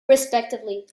respectively